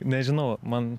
nežinau man